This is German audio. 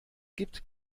gibt